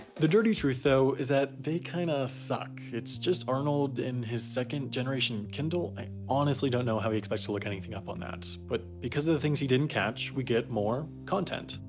the dirty truth, though, is that they kinda suck. it's just arnold and his second generation kindle. i honestly don't know how he expects to look anything up on that, but because of the things he didn't catch, we get more content.